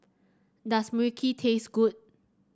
does Mui Kee taste good